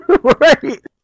Right